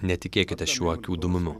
netikėkite šiuo akių dūmimu